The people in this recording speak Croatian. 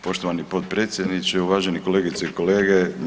Poštovani potpredsjedniče, uvaženi kolegice i kolege.